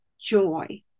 joy